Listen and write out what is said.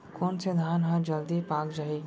कोन से धान ह जलदी पाक जाही?